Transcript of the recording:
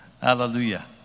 Hallelujah